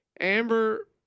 Amber